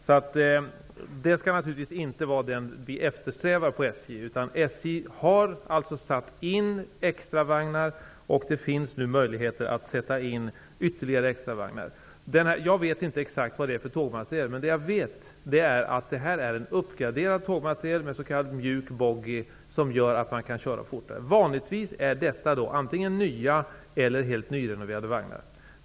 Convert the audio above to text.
Vi skall naturligtvis inte eftersträva detta på SJ. SJ har satt in extravagnar. Det finns nu möjligheter att sätta in ytterligare extravagnar. Jag vet inte exakt vad det är för tågmateriel man har, men jag vet att det är ett uppgraderat tågmateriel med s.k. mjuk boggie som gör att man kan köra fortare. Vanligtvis är detta nya eller helt nyrenoverade vagnar.